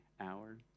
hour